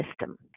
system